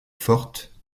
forte